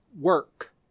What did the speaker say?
work